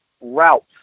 routes